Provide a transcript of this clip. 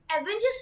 avengers